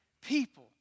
people